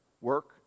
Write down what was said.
work